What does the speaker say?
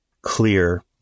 clear